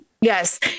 Yes